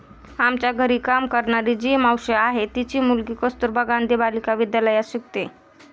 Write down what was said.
आमच्या घरी काम करणारी जी मावशी आहे, तिची मुलगी कस्तुरबा गांधी बालिका विद्यालयात शिकते